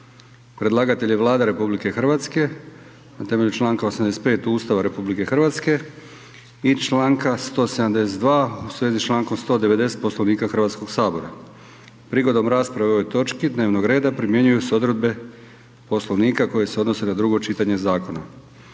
Predlagatelj je Vlada RH na temelju čl. 85. Ustava RH i čl. 172. u svezi s čl. 190. Poslovnika HS-a. Prigodom rasprave o ovoj točki dnevnog reda primjenjuju se odredbe Poslovnika koje se odnose na drugo čitanje zakona.